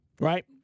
right